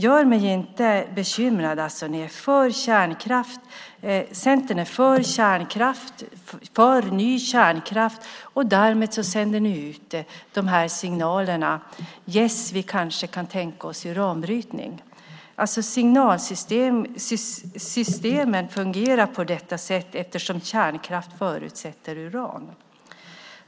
Gör mig alltså inte bekymrad! Centern är för ny kärnkraft. Därmed sänder ni ut signalen: Yes, vi kan kanske tänka oss uranbrytning. Signalsystemet fungerar på det sättet eftersom kärnkraft förutsätter uran.